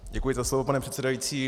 Děkuji za slovo, pane předsedající.